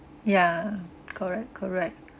ya correct correct